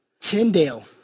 Tyndale